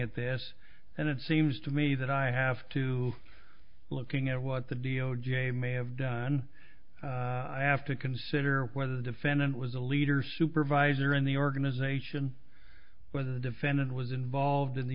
at this and it seems to me that i have to looking at what the d o j may have done i have to consider whether the defendant was a leader supervisor in the organization whether the defendant was involved in the